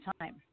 time